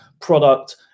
product